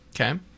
Okay